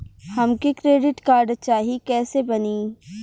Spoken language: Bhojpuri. हमके क्रेडिट कार्ड चाही कैसे बनी?